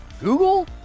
Google